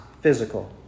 physical